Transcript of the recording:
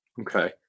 Okay